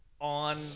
on